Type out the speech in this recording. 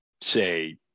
say